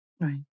Right